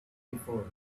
before